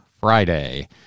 Friday